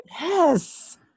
yes